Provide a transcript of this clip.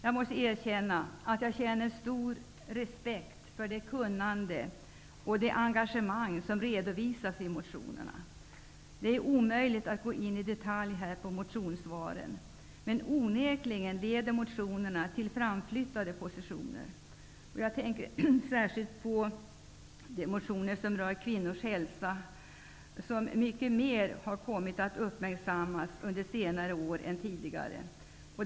Jag måste erkänna att jag känner stor respekt för det kunnande och det engagemang som visas i motionerna. Det är omöjligt att här gå in i detalj på motionssvaren, men onekligen leder motionerna till framflyttade positioner. Jag tänker särskilt på att kvinnors hälsa uppmärksammas mycket mer nu än tidigare.